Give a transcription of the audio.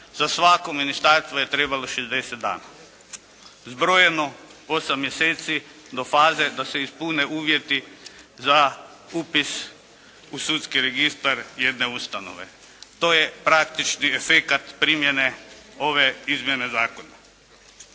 za svako ministarstvo je trebalo šezdeset dana zbrojeno osam mjeseci do faze da se ispune uvjeti za upis u sudski registar jedne ustanove. To je praktični efekat primjene ove izmjene zakona.